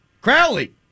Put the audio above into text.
Crowley